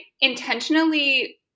intentionally